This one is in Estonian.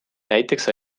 näiteks